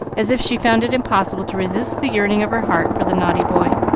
as if she found it impossible to resist the yearning of her heart for the naughty boy